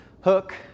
Hook